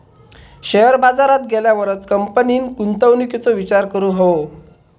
share बाजारात गेल्यावरच कंपनीन गुंतवणुकीचो विचार करूक हवो